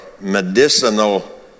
medicinal